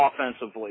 offensively